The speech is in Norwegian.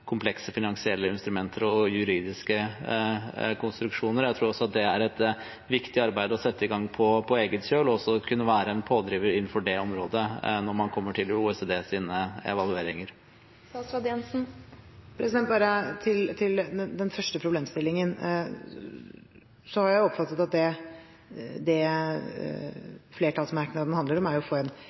komplekse finansielle instrumenter og juridiske konstruksjoner. Jeg tror det er et viktig arbeid å sette i gang på egen kjøl og også kunne være en pådriver innenfor det området når man kommer til OECDs evalueringer. Til den første problemstillingen: Jeg har oppfattet at det flertallsmerknaden handler om, er